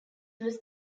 was